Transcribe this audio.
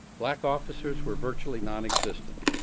black officers were virtually non-existent.